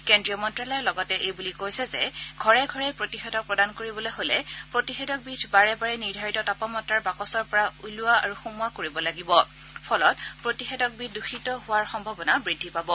কেন্দ্ৰীয় মন্ত্যালয়ে লগতে এই বুলি কৈছে যে ঘৰে ঘৰে প্ৰতিষেধক প্ৰদান কৰিবলৈ হ'লে প্ৰতিষেধকবিধ বাৰে বাৰে নিৰ্ধাৰিত তাপমাত্ৰাৰ বাকচৰ পৰা উলিওৱা আৰু সুমোৱা কৰিব লাগিব ফলত প্ৰতিষেধকবিধ দূষিত হোৱাৰ সম্ভাৱনা বৃদ্ধি পাব